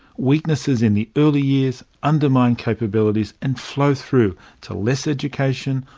weaknesses in the early years undermine capabilities and flow through to less education,